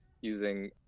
using